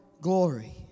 glory